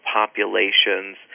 populations